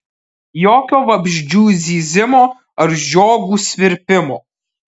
jokio vabzdžių zyzimo ar žiogų svirpimo